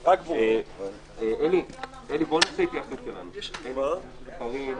יש פה רק שתי רשויות, אין 1,000. הם עוד